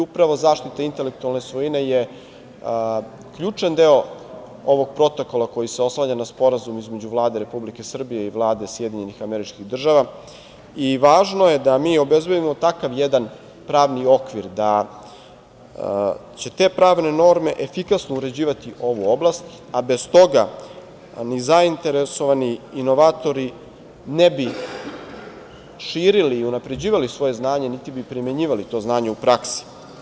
Upravo zaštita intelektualne svojine je ključan deo ovog protokola koji se oslanja na Sporazum između Vlade Republike Srbije i Vlade SAD i važno je da mi obezbedimo takav jedan pravni okvir da će te pravne norme efikasno uređivati ovu oblast, a bez toga ni zainteresovani inovatori ne bi širili i unapređivali svoje znanje, niti bi primenjivali to znanje u praksi.